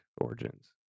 origins